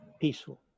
peaceful